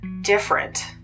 different